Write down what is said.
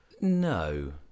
No